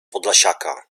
podlasiaka